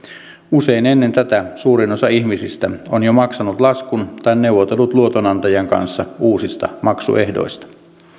usein ennen tätä suurin osa ihmisistä on jo maksanut laskun tai neuvotellut luotonantajan kanssa uusista maksuehdoista